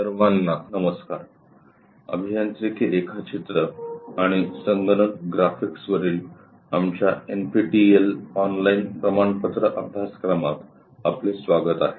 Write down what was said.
सर्वांना नमस्कार अभियांत्रिकी रेखाचित्र आणि संगणक ग्राफिक्सवरील आमच्या एनपीटीईएल ऑनलाईन प्रमाणपत्र अभ्यासक्रमात आपले स्वागत आहे